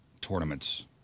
tournaments